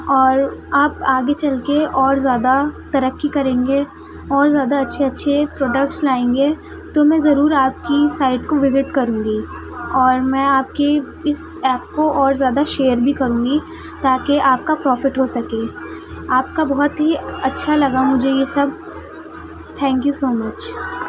اور آپ آگے چل کے اور زیادہ ترقی کریں گے اور زیادہ اچھے اچھے پروڈکٹس لائیں گے تو میں ضرور آپ کی سائٹ کو وزٹ کروں گی اور میں آپ کی اس ایپ کو اور زیادہ شیئر بھی کروں گی تاکہ آپ کا پروفٹ ہو سکے آپ کا بہت ہی اچھا لگا مجھے یہ سب تھینک یو سو مچ